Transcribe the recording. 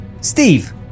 Steve